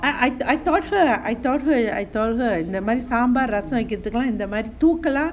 I I taught her I taught her I told her never mind sambar rasam வைக்கிறதுக்கு எல்லாம் இந்த மாறி தூக்கலா:saambar resam vaikirathuku ellaam intha maari thookala